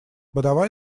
подавай